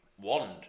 wand